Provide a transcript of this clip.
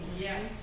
Yes